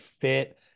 fit